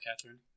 Catherine